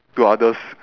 to others